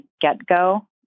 get-go